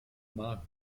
magen